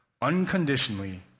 unconditionally